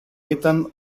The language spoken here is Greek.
ήταν